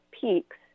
peaks